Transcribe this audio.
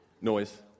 noise